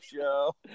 show